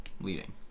leading